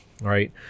right